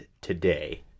today